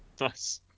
Nice